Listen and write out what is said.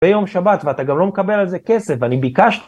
ביום שבת, ואתה גם לא מקבל על זה כסף, ואני ביקש...